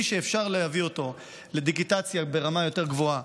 מי שאפשר להביא אותו לדיגיטציה ברמה יותר גבוהה,